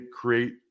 create